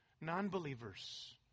non-believers